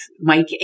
Mike